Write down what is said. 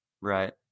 Right